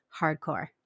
hardcore